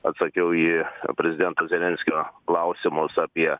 atsakiau į prezidento zelenskio klausimus apie